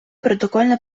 протокольне